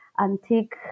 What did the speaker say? antique